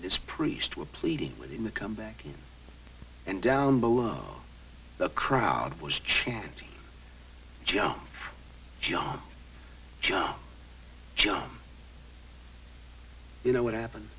and his priest were pleading with him a come back and down below the crowd was chanting john john john john you know what happened